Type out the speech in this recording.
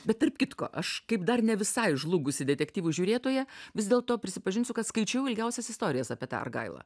bet tarp kitko aš kaip dar ne visai žlugusi detektyvų žiūrėtoja vis dėlto prisipažinsiu kad skaičiau ilgiausias istorijas apie tą argailą